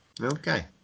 okay